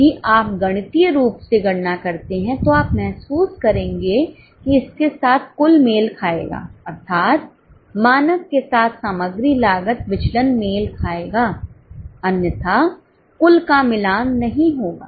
यदि आप गणितीय रूप से गणना करते हैं तो आप महसूस करेंगे कि इसके साथ कुल मेल खाएगा अर्थात मानक के साथ सामग्री लागत विचलन मेल खाएगा अन्यथा कुल का मिलान नहीं होगा